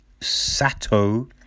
Sato